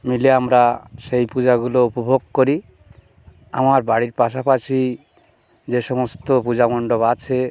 মিলে আমরা সেই পূজাগুলো উপভোগ করি আমার বাড়ির পাশাপাশি যেসমস্ত পূজা মণ্ডপ আছে